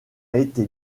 été